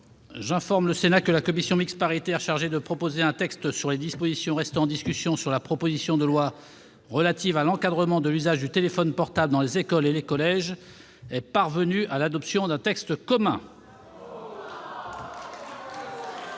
J'informe le Sénat que la commission mixte paritaire chargée de proposer un texte sur les dispositions restant en discussion sur la proposition de loi relative à l'encadrement de l'usage du téléphone portable dans les écoles et les collèges est parvenue à l'adoption d'un texte commun.